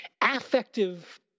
affective